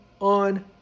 on